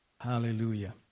Hallelujah